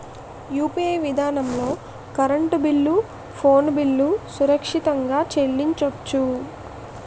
UPI విధానంలో current bill phone bill సురక్షితంగా చెల్లించొచ్చు